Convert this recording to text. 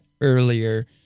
earlier